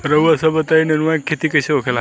रउआ सभ बताई नेनुआ क खेती कईसे होखेला?